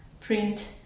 print